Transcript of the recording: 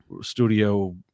studio